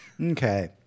Okay